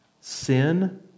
sin